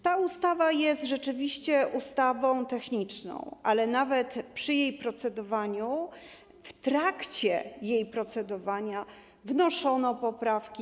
Ta ustawa jest rzeczywiście ustawą techniczną, ale nawet przy jej procedowaniu, w trakcie jej procedowania wnoszono poprawki.